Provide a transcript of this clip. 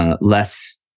less